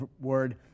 word